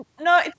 No